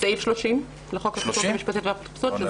סעיף 30 לחוק הכשרות המשפטית והאפוטרופסות.